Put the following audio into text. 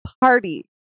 party